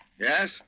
Yes